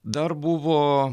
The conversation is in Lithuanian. dar buvo